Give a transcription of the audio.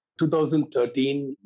2013